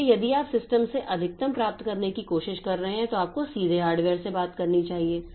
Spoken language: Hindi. इसलिए यदि आप सिस्टम से अधिकतम प्राप्त करने की कोशिश कर रहे हैं तो आपको सीधे हार्डवेयर से बात करनी चाहिए